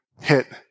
hit